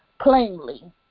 plainly